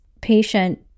patient